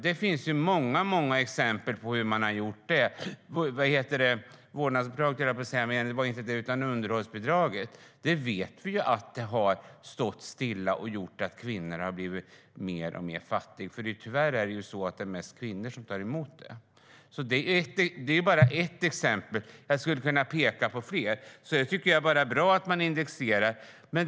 Det finns det många exempel på hur man har gjort. Underhållsbidraget vet vi ju har stått stilla, vilket har gjort att kvinnor har blivit mer och mer fattiga, för tyvärr är det mest kvinnor som tar emot det. Det är bara ett exempel. Jag skulle kunna peka på fler. Jag tycker alltså att det bara är bra att man indexerar.